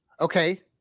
Okay